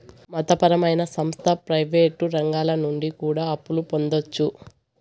మత పరమైన సంస్థ ప్రయివేటు రంగాల నుండి కూడా అప్పులు పొందొచ్చు